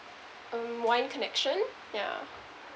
um wine connection yeah